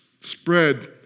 spread